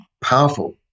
powerful